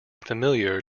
familiar